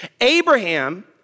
Abraham